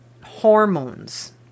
hormones